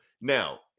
now